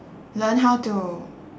learn how to